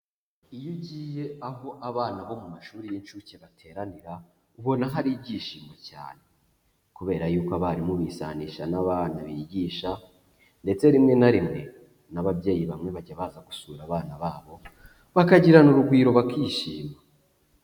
Iyo ugiye aho abana bo mu mashuri y'inshuke bateranira, ubona hari ibyishimo cyane kubera yuko abarimu bisanisha n'abana bigisha ndetse rimwe na rimwe n'ababyeyi bamwe bajya baza gusura abana babo, bakagirana urugwiro bakishima.